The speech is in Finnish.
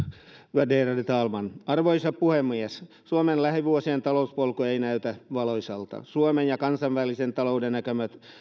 värderade talman arvoisa puhemies suomen lähivuosien talouspolku ei näytä valoisalta suomen ja kansainvälisen talouden näkymät